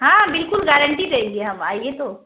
ہاں بالکل گارنٹی دیںجیے ہم آئیے تو